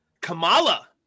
Kamala